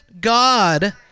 God